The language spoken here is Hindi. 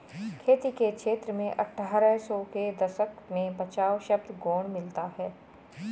खेती के क्षेत्र में अट्ठारह सौ के दशक में बचाव शब्द गौण मिलता है